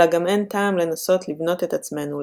אלא גם אין טעם לנסות לבנות את עצמנו,